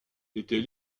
était